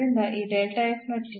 ಇಲ್ಲಿಯೂ ಸಹ ಪದವು ಧನಾತ್ಮಕವಾಗಿರುತ್ತದೆ